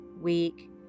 week